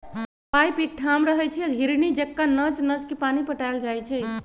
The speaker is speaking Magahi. पाइप एकठाम रहै छइ आ घिरणी जका नच नच के पानी पटायल जाइ छै